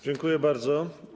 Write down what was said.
Dziękuję bardzo.